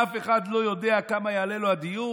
אף אחד לא יודע כמה יעלה לו הדיור,